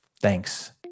Thanks